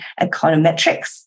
econometrics